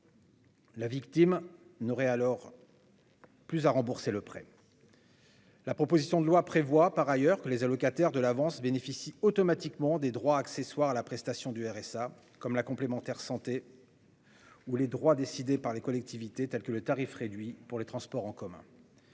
La victime n'aurait plus alors à rembourser le prêt. La PPL prévoit, par ailleurs, que les allocataires de l'avance bénéficient automatiquement des droits accessoires à la prestation du RSA, comme la complémentaire santé solidaire ou les droits décidés par les collectivités, tels que le tarif réduit pour les transports en commun.